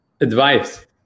advice